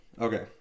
Okay